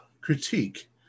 critique